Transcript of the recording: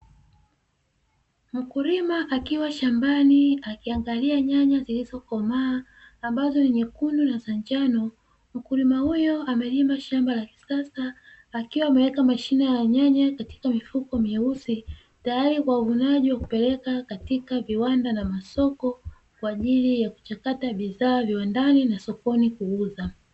Mkulima akiwa shambani akiangalia nyanya zilizokomaa ambazo ni nyekundu na za njano. Mkulima huyo amelima shamba la kisasa akiwa ameweka mashina ya nyanya katika mifuko mieusi tayari kwa uvunaji wa kupeleka katika viwanda na masoko kwa ajili ya kuchakata bidhaa viwandani na sokoni kuuza.